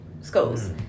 schools